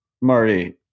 Marty